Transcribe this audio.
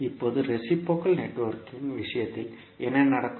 இப்போது ரேசிப்ரோகல் நெட்வொர்க்கின் விஷயத்தில் என்ன நடக்கும்